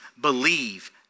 believe